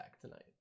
tonight